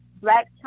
Black